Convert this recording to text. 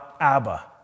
Abba